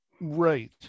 Right